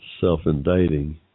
self-indicting